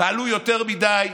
פעלו יותר מדי.